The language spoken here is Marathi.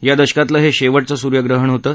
या दशकातलं हे शेवटचं सूर्यग्रहण होतं